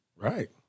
Right